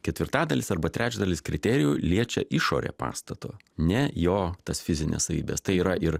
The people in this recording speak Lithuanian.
ketvirtadalis arba trečdalis kriterijų liečia išorę pastato ne jo tas fizines savybes tai yra ir